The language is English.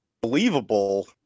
believable